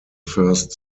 first